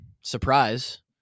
Surprise